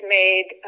made